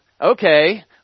okay